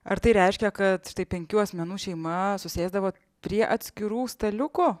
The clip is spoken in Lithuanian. ar tai reiškia kad štai penkių asmenų šeima susėsdavot prie atskirų staliukų